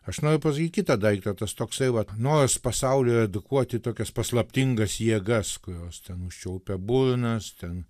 aš noriu pasakyt kitą daiktą tas toksai vat noras pasauliui edukuoti tokias paslaptingas jėgas kurios ten užčiaupia burnas ten